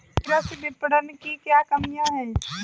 कृषि विपणन की क्या कमियाँ हैं?